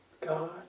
God